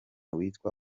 witwa